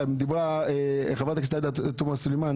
כמו שאמרה חברת הכנסת עאידה תומא סלימאן